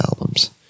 albums